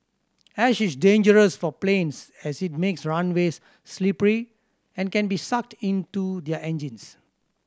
ash is dangerous for planes as it makes runways slippery and can be sucked into their engines